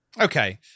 Okay